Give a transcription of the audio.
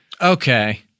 Okay